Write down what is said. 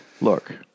Look